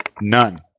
None